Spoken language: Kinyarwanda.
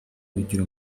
bigire